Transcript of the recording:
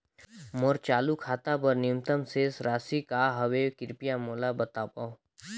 मोर चालू खाता बर न्यूनतम शेष राशि का हवे, कृपया मोला बतावव